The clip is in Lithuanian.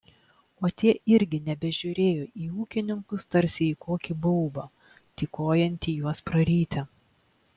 o tie irgi nebežiūrėjo į ūkininkus tarsi į kokį baubą tykojantį juos praryti